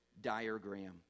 diagram